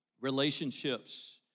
relationships